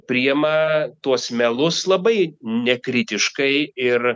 priima tuos melus labai nekritiškai ir